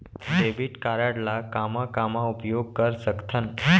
Debit card ला कामा कामा उपयोग कर सकथन?